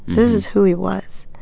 this is who he was.